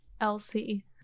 Elsie